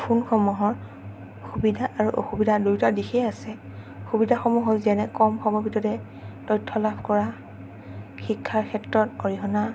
ফোনসমূহত সুবিধা আৰু অসুবিধা দুয়োটা দিশেই আছে সুবিধাসমূহ হ'ল যেনে কম সময়ৰ ভিতৰতে তথ্য লাভ কৰা শিক্ষাৰ ক্ষেত্ৰত অৰিহণা